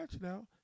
Now